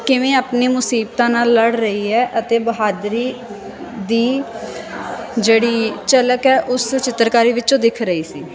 ਕਿਵੇਂ ਆਪਣੀ ਮੁਸੀਬਤਾਂ ਨਾਲ ਲੜ ਰਹੀ ਹੈ ਅਤੇ ਬਹਾਦਰੀ ਦੀ ਜਿਹੜੀ ਝਲਕ ਹੈ ਉਸ ਚਿੱਤਰਕਾਰੀ ਵਿੱਚੋਂ ਦਿਖ ਰਹੀ ਸੀ